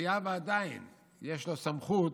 הייתה ועדיין יש לו סמכות,